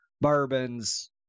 bourbons